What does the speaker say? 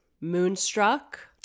Moonstruck